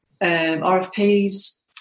RFPs